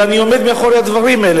אלא אני עומד מאחורי הדברים האלה.